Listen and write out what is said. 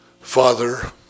Father